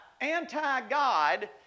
anti-God